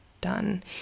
done